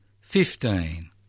fifteen